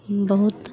बहुत